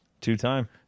Two-time